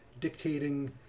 dictating